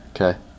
Okay